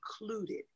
included